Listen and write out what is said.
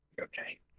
Okay